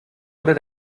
oder